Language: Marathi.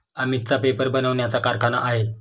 अमितचा पेपर बनवण्याचा कारखाना आहे